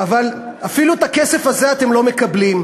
אבל, אפילו את הכסף הזה אתם לא מקבלים.